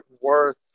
worth